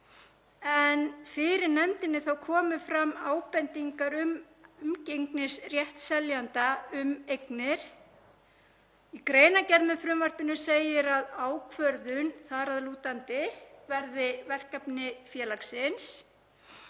en fyrir nefndinni komu fram ábendingar um umgengnisrétt seljanda um eignir. Í greinargerð með frumvarpinu segir að ákvörðun þar að lútandi verði verkefni félagsins.